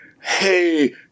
hey